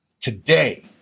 today